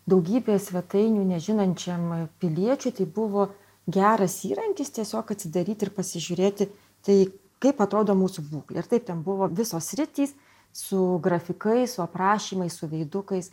daugybės svetainių nežinančiam piliečiui tai buvo geras įrankis tiesiog atsidaryt ir pasižiūrėti tai kaip atrodo mūsų būklė ir taip ten buvo visos sritys su grafikais su aprašymais su veidukais